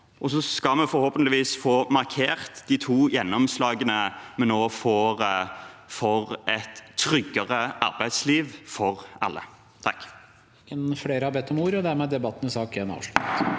Vi skal forhåpentligvis få markert de to gjennomslagene vi nå får for et tryggere arbeidsliv for alle.